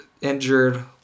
injured